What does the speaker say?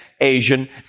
Asian